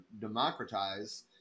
democratize